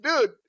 dude